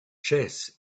chess